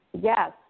yes